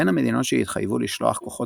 בין המדינות שהתחייבו לשלוח כוחות